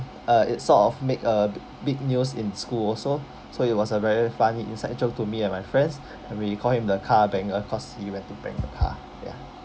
uh it's sort of make a b~ big news in school also so it was a very funny inside joke to me and my friends and we call him the car banger cause he went to bang the car ya